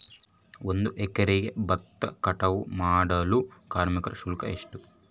ಒಂದು ಎಕರೆ ಭತ್ತ ಕಟಾವ್ ಮಾಡಲು ಕಾರ್ಮಿಕ ಶುಲ್ಕ ಎಷ್ಟು?